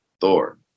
Thor